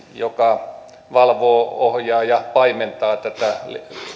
joka valvoo ohjaa ja paimentaa tätä